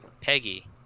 Peggy